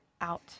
out